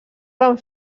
van